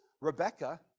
Rebecca